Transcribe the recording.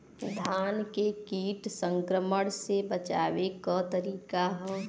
धान के कीट संक्रमण से बचावे क का तरीका ह?